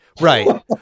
right